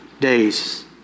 days